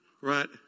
right